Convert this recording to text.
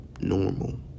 normal